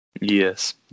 yes